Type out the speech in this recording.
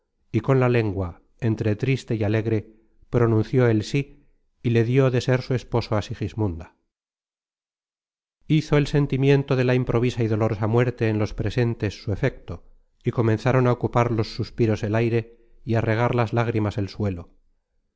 y con la lengua entre triste y alegre pronunció el sí y le dió de ser su esposo á sigismunda hizo el sentimiento de la improvisa y dolorosa muerte en los presentes su efecto y comenzaron á ocupar los suspiros el aire y á regar las lágrimas el suelo